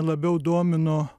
labiau domino